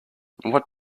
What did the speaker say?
what